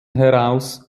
heraus